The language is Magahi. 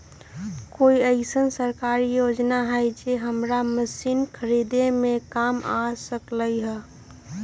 कोइ अईसन सरकारी योजना हई जे हमरा मशीन खरीदे में काम आ सकलक ह?